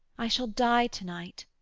i shall die tonight.